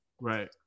Right